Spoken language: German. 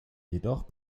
jedoch